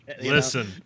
listen